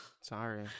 sorry